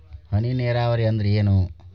ಹನಿ ನೇರಾವರಿ ಅಂದ್ರ ಏನ್?